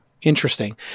Interesting